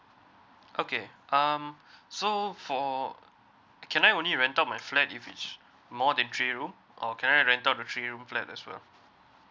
okay um so for can I only rent out my flat if is more than three room or can I rent out the three room flat as well